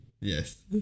Yes